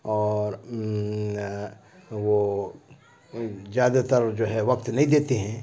اور وہ زیادہ تر جو ہے وقت نہیں دیتے ہیں